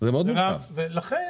צריך לעשות